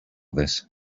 this